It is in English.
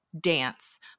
dance